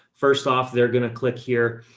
first off, they're going to click here.